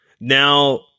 Now